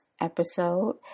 episode